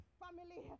family